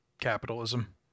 capitalism